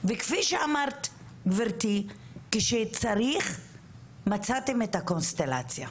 וכפי שאמרת גבירתי, כשצריך מצאתם את הקונסטלציה.